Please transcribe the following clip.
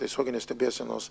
tiesioginės stebėsenos